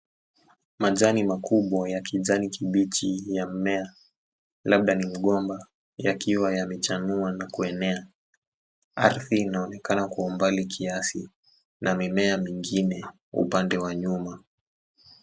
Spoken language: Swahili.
Majani makubwa ya kijani kibichi ya mmea, labda ni mgomba yakiwa yamechamua na kuenea, arthi inaonekana kwa umbali kiasi na mimea mingine upande wa nyuma.